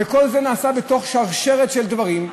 וכל זה נעשה בתוך שרשרת של דברים,